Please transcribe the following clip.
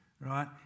Right